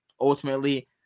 ultimately